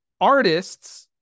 artists